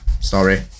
sorry